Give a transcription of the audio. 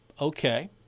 okay